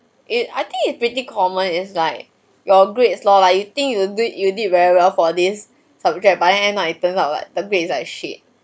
it I think it's pretty common is like your grades lor like you think you did you did very well for this subject but in the end err it turns out what the grades like shit